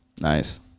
nice